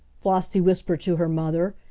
flossie whispered to her mother,